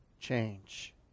change